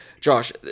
Josh